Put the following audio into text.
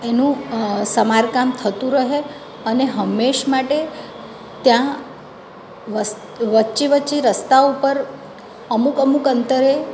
એનું સમારકામ થતું રહે અને હંમેશ માટે ત્યાં વસ્ત વચ્ચે વચ્ચે રસ્તાઓ પર અમુક અમુક અંતરે